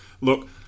Look